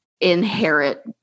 inherit